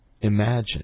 imagine